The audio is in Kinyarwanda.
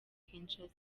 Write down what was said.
kinshasa